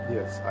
Yes